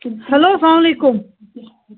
hello سلامُ علیکُم